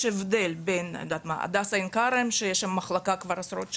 הבדל בין הדסה עין כרם שיש שם מחלקה כבר עשרות שנים,